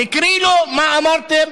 הקריא לו מה אמרתם,